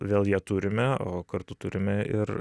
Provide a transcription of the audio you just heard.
vėl ją turime o kartu turime ir